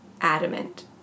adamant